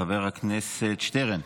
חבר הכנסת שטרן,